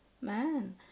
man